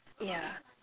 yeah